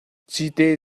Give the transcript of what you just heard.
cite